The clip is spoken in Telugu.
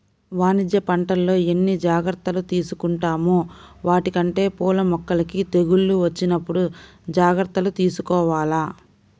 వాణిజ్య పంటల్లో ఎన్ని జాగర్తలు తీసుకుంటామో వాటికంటే పూల మొక్కలకి తెగుళ్ళు వచ్చినప్పుడు జాగర్తలు తీసుకోవాల